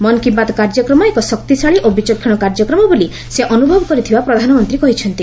ମନ୍ କି ବାତ୍ କାର୍ଯ୍ୟକ୍ରମ ଏକ ଶକ୍ତିଶାଳୀ ଓ ବିଚକ୍ଷଣ କାର୍ଯ୍ୟକ୍ରମ ବୋଲି ସେ ଅନ୍ତଭବ କରିଥିବା ପ୍ରଧାନମନ୍ତ୍ରୀ କହିଚ୍ଛନ୍ତି